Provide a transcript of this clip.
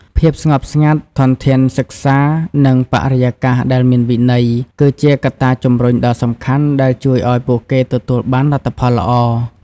ភាពស្ងប់ស្ងាត់ ធនធានសិក្សា និងបរិយាកាសដែលមានវិន័យ គឺជាកត្តាជំរុញដ៏សំខាន់ដែលជួយឲ្យពួកគេទទួលបានលទ្ធផលល្អ។